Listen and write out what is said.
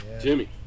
Jimmy